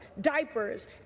diapers